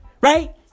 Right